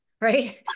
right